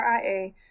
RIA